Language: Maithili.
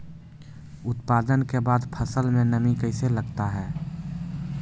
उत्पादन के बाद फसल मे नमी कैसे लगता हैं?